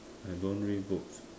I don't read books